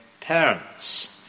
parents